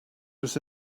was